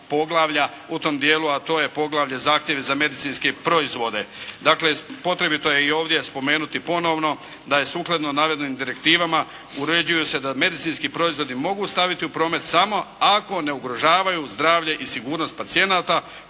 poglavlja u tom dijelu a to je poglavlje zahtjev za medicinske proizvode. Dakle, potrebito je i ovdje spomenuti ponovno da je sukladno navedenim direktivama uređuju se da medicinski proizvodi mogu staviti u promet samo ako ne ugrožavaju zdravlje i sigurnost pacijenata,